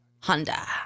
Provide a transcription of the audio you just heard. Honda